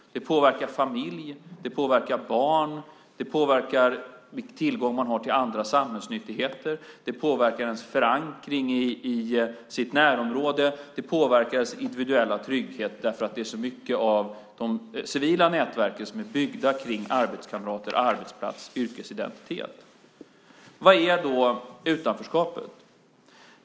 Det påverkar familj, barn, vilken tillgång man har till samhällsnyttigheter, ens förankring i närområdet, ens individuella trygghet därför att mycket av de civila nätverken är byggt kring arbetskamrater, arbetsplats, yrkesidentitet. Vad är då utanförskapet?